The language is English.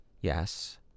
Yes